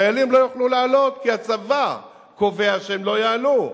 חיילים לא יוכלו לעלות כי הצבא קובע שהם לא יעלו,